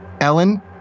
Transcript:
Ellen